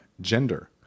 gender